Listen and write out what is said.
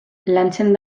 lantzen